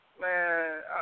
Man